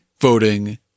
voting